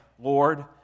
Lord